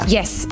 yes